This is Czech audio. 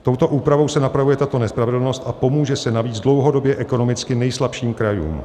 Touto úpravou se napravuje tato nespravedlnost a pomůže se navíc dlouhodobě ekonomicky nejslabším krajům.